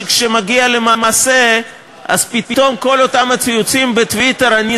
וקבע שמי שתומך באופן אקטיבי בארגון טרור או במאבק